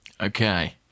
Okay